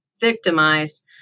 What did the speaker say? victimized